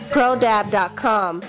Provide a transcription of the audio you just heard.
Prodab.com